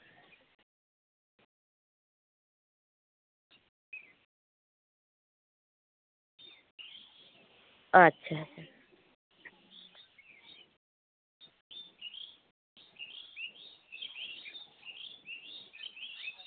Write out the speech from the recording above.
ᱟᱪᱪᱷᱟ ᱟᱪᱪᱷᱟ